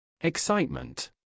excitement